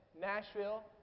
Nashville